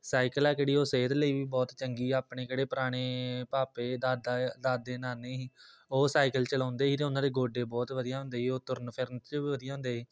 cycle ਆ ਕਿਹੜੀ ਉਹ ਸਿਹਤ ਲਈ ਵੀ ਬਹੁਤ ਚੰਗੀ ਆ ਆਪਣੇ ਕਿਹੜੇ ਪੁਰਾਣੇ ਭਾਪੇ ਦਾਦਾ ਦਾਦੇ ਨਾਨੇ ਸੀ ਉਹ ਸਾਈਕਲ ਚਲਾਉਂਦੇ ਸੀ ਅਤੇ ਉਹਨਾਂ ਦੇ ਗੋਡੇ ਬਹੁਤ ਵਧੀਆ ਹੁੰਦੇ ਸੀ ਉਹ ਤੁਰਨ ਫਿਰਨ 'ਚ ਵੀ ਵਧੀਆ ਹੁੰਦੇ ਸੀ